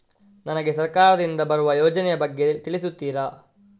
ನನಗೆ ಸರ್ಕಾರ ದಿಂದ ಸಿಗುವ ಯೋಜನೆ ಯ ಬಗ್ಗೆ ತಿಳಿಸುತ್ತೀರಾ?